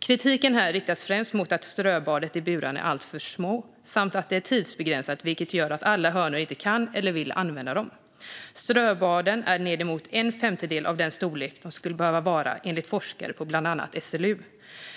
Kritiken här riktas främst mot att ströbaden i burarna är för små samt att det är tidsbegränsat, vilket gör att inte alla hönor kan eller vill använda dem. Ströbaden är nedemot en femtedel av den storlek de skulle behöva vara, enligt forskare på bland annat SLU.